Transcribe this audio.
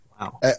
Wow